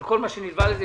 על כל מה שנלווה לזה.